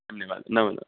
धन्यवादः नमोनमः